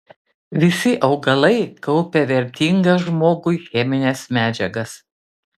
visi augalai kaupia vertingas žmogui chemines medžiagas